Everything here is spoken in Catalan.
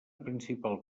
principal